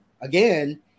again